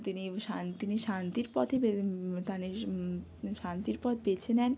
তিনি শান্তি তিনি শান্তির পথে মানে শান্তির পথ বেছে নেন